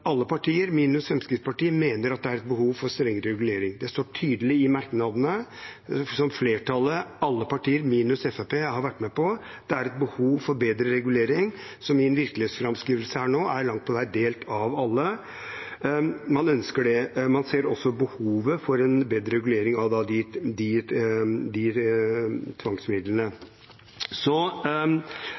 det er et behov for strengere regulering. Det står tydelig i merknadene som flertallet, alle partier minus Fremskrittspartiet, har vært med på. Det er et behov for bedre regulering, så min virkelighetsframskrivelse er langt på vei delt av alle. Man ønsker det, man ser også behovet for en bedre regulering av tvangsmidlene. Så er det